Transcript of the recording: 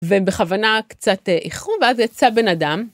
ובכוונה קצת ייחום, ואז יצא בן אדם.